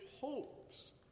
hopes